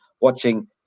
watching